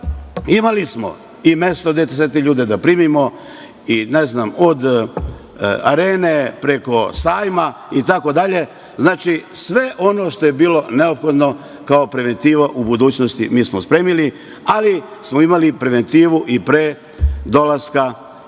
imali smo i mesto gde sve te ljude da primimo i ne znam od Arene preko Sajma itd. Znači, sve ono što je bilo neophodno kao preventiva u budućnosti mi smo spremili, ali smo imali preventivu i pre dolaska